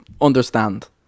understand